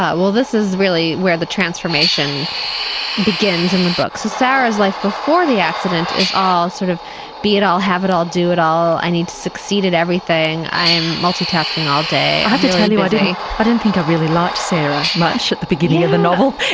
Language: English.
well this is really where the transformation begins in the book. so sarah's life before the accident is all sort of be it all, have it all, do it all, i need to succeed at everything, i am multi-tasking all day. i have to tell you i don't think i really liked sarah much at the beginning of the novel.